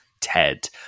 ted